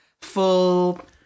full